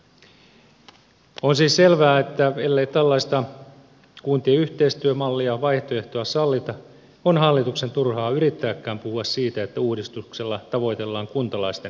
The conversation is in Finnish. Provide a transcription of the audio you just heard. on siis selvää että ellei tällaista kuntien yhteistyömallia ja vaihtoehtoa sallita on hallituksen turhaa yrittääkään puhua sitä että uudistuksella tavoitellaan kuntalaisten parasta